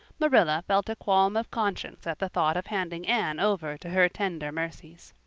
marilla felt a qualm of conscience at the thought of handing anne over to her tender mercies.